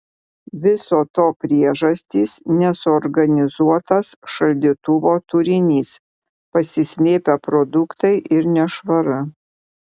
viso to priežastys nesuorganizuotas šaldytuvo turinys pasislėpę produktai ir nešvara